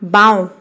বাওঁ